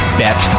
bet